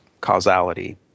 causality